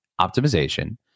optimization